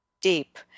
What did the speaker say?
deep